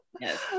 Yes